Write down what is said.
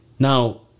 Now